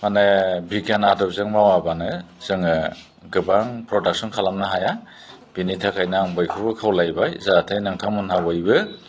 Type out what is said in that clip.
माने बिगियान आदबजों मावाब्लानो जोङो गोबां प्रडाक्शन खालामनो हाया बिनि थाखायनो आं बयखौबो खावलायबाय जाहाथे नोंथांमोनहा बयबो